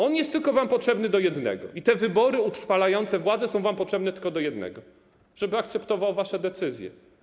On jest wam potrzebny tylko do jednego i te wybory utrwalające władzę są wam potrzebne tylko do jednego: żeby akceptował wasze decyzje.